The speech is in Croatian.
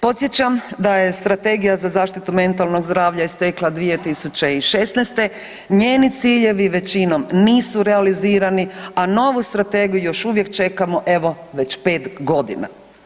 Podsjećam da je strategija za zaštitu mentalnog zdravlja istekla 2016., njeni ciljevi većinom nisu realizirani, a novu strategiju još uvijek čekamo evo već 5 godina.